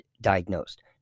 diagnosed